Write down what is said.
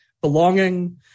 belonging